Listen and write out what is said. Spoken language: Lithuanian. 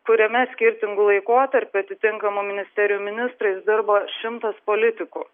kuriame skirtingu laikotarpiu atitinkamų ministerijų ministrais dirbo šimtas politikų